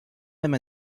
même